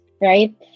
right